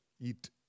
eat